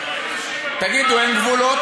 תגידו, אין גבולות?